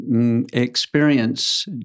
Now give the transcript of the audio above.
experience